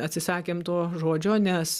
atsisakėm to žodžio nes